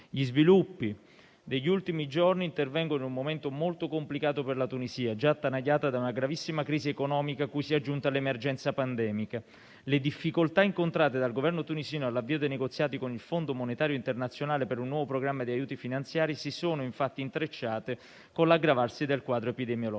Gli sviluppi degli ultimi giorni intervengono in un momento molto complicato per la Tunisia, già attanagliata da una gravissima crisi economica, a cui si è aggiunta l'emergenza pandemica. Le difficoltà incontrate dal Governo tunisino all'avvio dei negoziati con il Fondo monetario internazionale, per un nuovo programma di aiuti finanziari, si sono infatti intrecciate con l'aggravarsi del quadro epidemiologico.